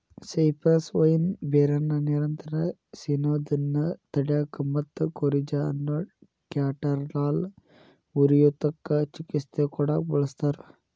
cypress vine ಬೇರನ್ನ ನಿರಂತರ ಸಿನೋದನ್ನ ತಡ್ಯಾಕ ಮತ್ತ ಕೋರಿಜಾ ಅನ್ನೋ ಕ್ಯಾಟರಾಲ್ ಉರಿಯೂತಕ್ಕ ಚಿಕಿತ್ಸೆ ಕೊಡಾಕ ಬಳಸ್ತಾರ